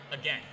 again